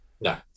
No